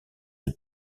des